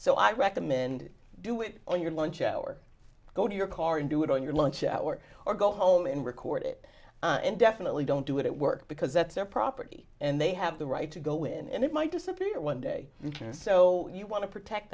so i recommend do it on your lunch hour go to your car and do it on your lunch hour or go home and record it and definitely don't do it at work because that's their property and they have the right to go in and it might disappear one day you can so you want to protect